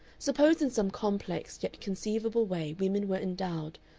suppose in some complex yet conceivable way women were endowed,